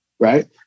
right